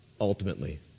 ultimately